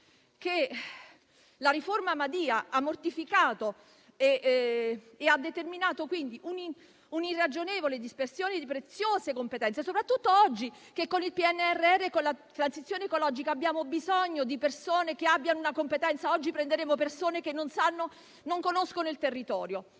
la riforma Madia ha mortificato, determinando un'irragionevole dispersione di preziose competenze, soprattutto oggi che con il PNRR e la transizione ecologica abbiamo bisogno di persone competenti. Oggi prenderemo persone che non conoscono il territorio.